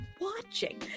watching